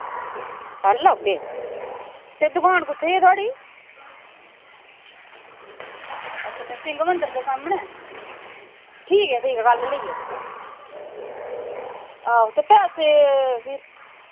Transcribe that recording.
कल औगे ते दकान कुत्थें जे ऐ थोआढ़ी अच्छा नरसिंग मंदर दे सामनै ठीक ऐ ठीक ऐ कल लेई जाह्गे अस आहो ते पैसे फिर